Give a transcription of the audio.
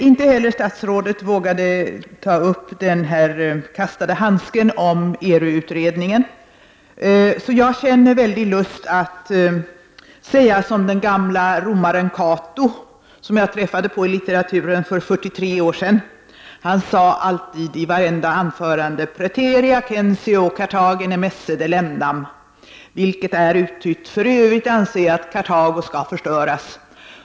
Inte heller statsrådet vågade ta upp den kastade handsken ERU-utredningen, så jag får en stark lust att säga som den gamle romaren Cato, som jag träffade på i litteraturen för 43 år sedan. Han sade alltid i vartenda anförande: ”Praeterea censeo Carthaginem esse delendam”, vilket är detsamma som: För övrigt anser jag att Kartago skall förstöras”.